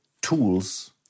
tools